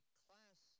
class